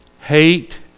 hate